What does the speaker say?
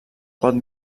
pot